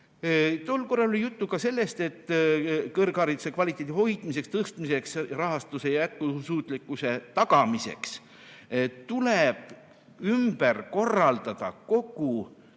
Tol korral oli juttu ka sellest, et kõrghariduse kvaliteedi hoidmiseks, tõstmiseks, rahastuse jätkusuutlikkuse tagamiseks tuleb ümber korraldada kogu